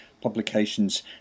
publications